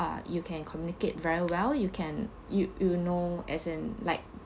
uh you can communicate very well you can you you know as in like